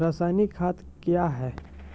रसायनिक खाद कया हैं?